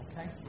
Okay